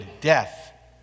death